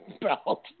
belt